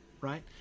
right